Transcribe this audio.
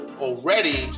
already